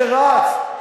שרץ,